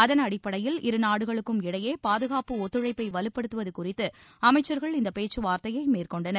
அதன் அடிப்படையில் இரு நாடுகளுக்கும் இடையே பாதுகாப்பு ஒத்துழைப்பை வலுப்படுத்துவது குறித்து அமைச்சர்கள் இந்த பேச்சுவார்த்தையை மேற்கொண்டனர்